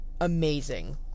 amazing